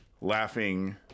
Laughing